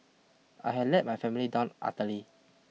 I had let my family down utterly